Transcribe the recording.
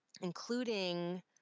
including